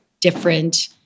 different